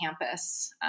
campus